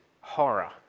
horror